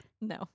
No